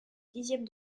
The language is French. dixième